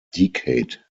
decade